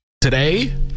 Today